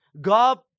God